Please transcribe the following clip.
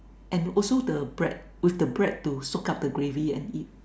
and also the bread with the bread to soak up the gravy and eat